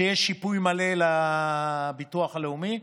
ויהיה שיפוי מלא לביטוח הלאומי.